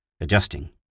adjusting